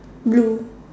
blue